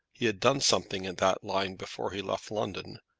he had done something in that line before he left london,